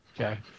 okay